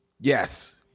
Yes